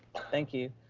thank you.